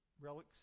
relics